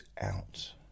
out